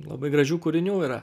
labai gražių kūrinių yra